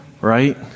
Right